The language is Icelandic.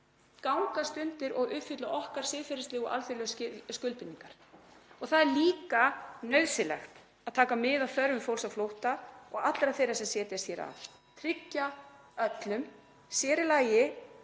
gangast undir og uppfylla okkar siðferðislegu og alþjóðlegu skuldbindingar. Það er líka nauðsynlegt að taka mið af þörfum fólks á flótta og allra þeirra sem setjast hér að, tryggja öllum, sér í lagi